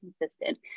consistent